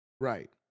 Right